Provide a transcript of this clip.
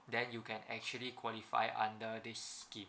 then you can actually qualify under this scheme